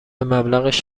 مبلغش